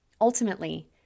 Ultimately